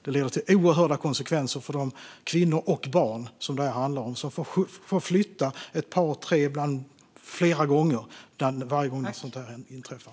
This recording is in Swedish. Det leder till oerhörda konsekvenser för de kvinnor och barn som det handlar om. De får flytta ett par, tre och ibland flera gånger varje gång något sådant inträffar.